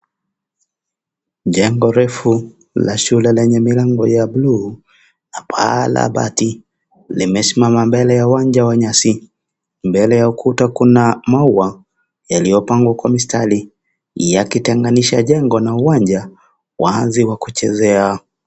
Jengo refu la shule lenye milango ya buluu na paa la bati limesimama mbele ya uwanja wa nyasi, mbele ya ukuta kuna maua yaliyopangwa kwa mistari yakitenganisha jengo na uwanja waanzi wa kuchezea.